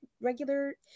regular